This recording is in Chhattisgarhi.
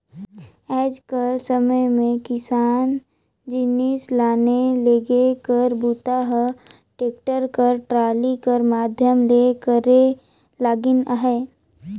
आएज कर समे मे किसानी जिनिस लाने लेगे कर बूता ह टेक्टर कर टराली कर माध्यम ले करे लगिन अहे